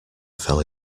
fell